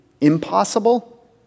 impossible